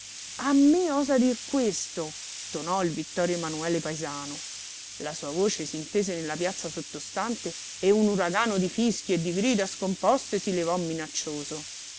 a me osa dir questo tonò il vittorio emanuele paesano la sua voce s'intese nella piazza sottostante e un uragano di fischi e di grida scomposte si levò minaccioso